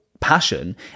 passion